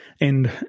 and-